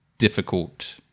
difficult